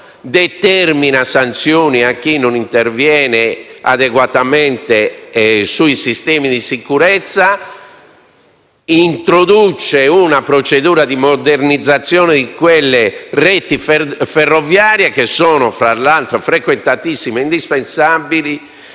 determina sanzioni a chi non interviene adeguatamente sui sistemi di sicurezza; introduce una procedura di modernizzazione di quelle reti ferroviarie, che sono, tra l'altro, frequentatissime e indispensabili